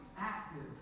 active